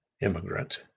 immigrant